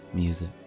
music